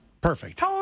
perfect